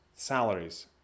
salaries